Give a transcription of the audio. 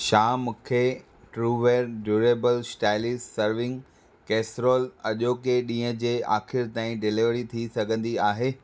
छा मूंखे Trueware durable stylus serving casserole अॼोके ॾींहुं जे आख़िरि ताईं डिलीवरी थी सघिंदी आहे